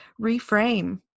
reframe